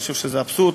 אני חושב שזה אבסורד.